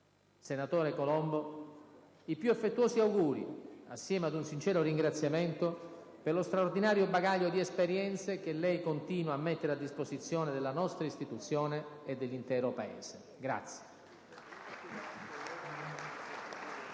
senatore Colombo, i più affettuosi auguri, assieme ad un sincero ringraziamento per lo straordinario bagaglio di esperienze che lei continua a mettere a disposizione della nostra istituzione e dell'intero Paese. Grazie!